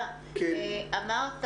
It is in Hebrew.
מילה, אורלי.